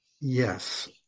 Yes